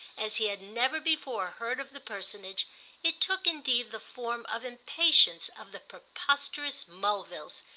as he had never before heard of the personage it took indeed the form of impatience of the preposterous mulvilles,